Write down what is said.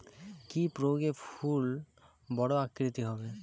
কি প্রয়োগে ফুল বড় আকৃতি হবে?